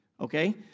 Okay